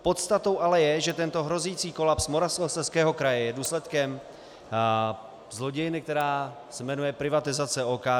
Podstatou ale je, že tento hrozící kolaps Moravskoslezského kraje je důsledkem zlodějny, která se jmenuje privatizace OKD.